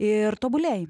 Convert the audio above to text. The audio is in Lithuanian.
ir tobulėji